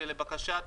ולבקשת